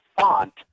font